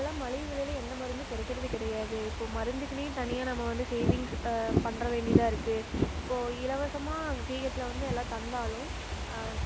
இப்பெலாம் மலிவு விலையில் எந்த மருந்தும் கிடைக்கிறது கிடையாது இப்போ மருந்துக்கெனே தனியாக நம்ம வந்து சேவிங்ஸ் பண்ண வேண்டியதாக இருக்குது இப்போது இலவசமாக ஜிஹச்யில் வந்து எல்லாம் தந்தாலும்